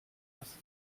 lassen